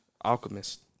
Alchemist